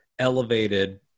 elevated